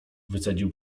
wycedził